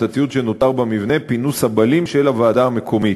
ואת הציוד שנותר במבנה פינו סבלים של הוועדה המקומית.